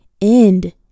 end